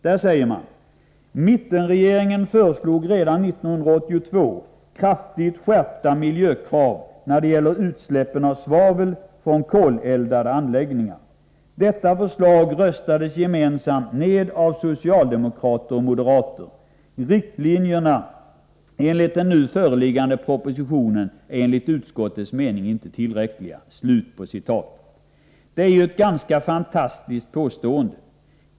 Där sägs: ”Mittenregeringen föreslog redan 1982 kraftigt skärpta miljökrav, när det gällde utsläppen av svavel från koleldade anläggningar. Detta förslag röstades gemensamt ned av socialdemokrater och moderater. Riktlinjerna enligt den nu föreliggande propositionen är enligt utskottes mening inte tillräckliga.” Detta är ett ganska fantastiskt påstående.